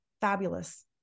fabulous